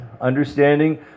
understanding